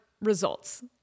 results